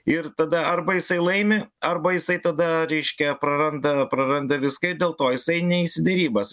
ir tada arba jisai laimi arba jisai tada reiškia praranda praranda viską dėl to jisai neis į derybas